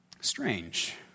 Strange